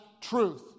truth